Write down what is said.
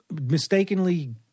mistakenly